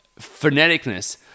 phoneticness